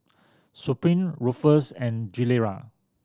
Supreme Ruffles and Gilera